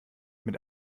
mit